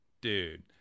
dude